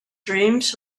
dreams